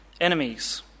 enemies